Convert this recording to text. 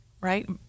right